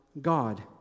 God